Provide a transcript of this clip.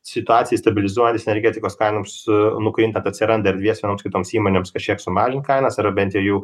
situacijai stabilizuojantis energetikos kainoms nukrintant atsiranda erdvės kitoms įmonėms kažkiek sumažint kainas ar bent jau jų